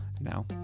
now